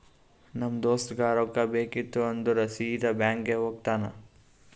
ನಮ್ ದೋಸ್ತಗ್ ರೊಕ್ಕಾ ಬೇಕಿತ್ತು ಅಂದುರ್ ಸೀದಾ ಬ್ಯಾಂಕ್ಗೆ ಹೋಗ್ತಾನ